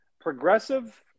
progressive